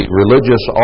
religious